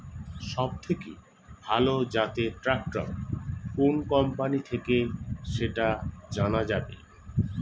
সবথেকে ভালো জাতের ট্রাক্টর কোন কোম্পানি থেকে সেটা জানা যাবে?